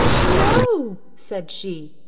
no said she,